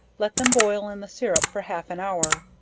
let them boil in the sirrup for half an hour,